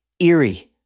eerie